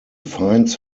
finds